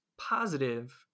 positive